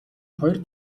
хоёр